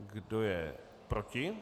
Kdo je proti?